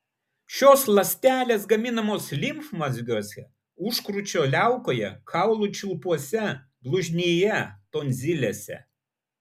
šios ląstelės gaminamos limfmazgiuose užkrūčio liaukoje kaulų čiulpuose blužnyje tonzilėse